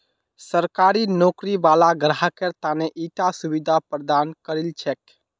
सरकारी नौकरी वाला ग्राहकेर त न ईटा सुविधा प्रदान करील छेक